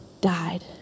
died